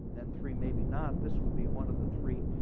then three maybe not, this would be one of the three.